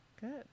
Good